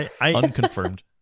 Unconfirmed